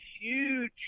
huge